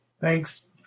Thanks